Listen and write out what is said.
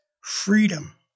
freedom